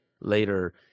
later